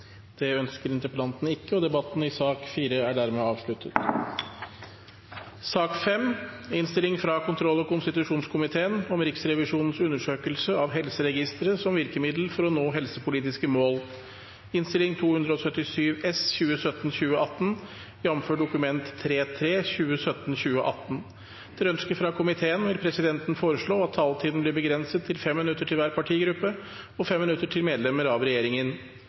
debatten. Ønsker interpellanten å benytte seg av anledningen til et treminutters avslutningsinnlegg? Det ønsker interpellanten ikke, og debatten i sak nr. 4 er dermed avsluttet. Etter ønske fra kontroll- og konstitusjonskomiteen vil presidenten foreslå at taletiden blir begrenset til 5 minutter til hver partigruppe og 5 minutter til medlemmer av regjeringen.